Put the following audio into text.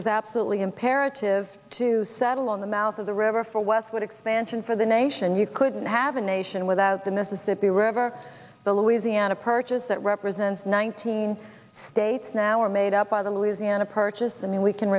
was absolutely imperative to settle on the mouth of the river for westward expansion for the nation and you couldn't have a nation without the mississippi river the louisiana purchase that represents nineteen states now are made up by the louisiana purchase i mean we can